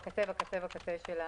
בקצה-בקצה-בקצה.